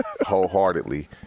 wholeheartedly